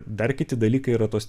dar kiti dalykai yra tos